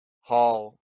Hall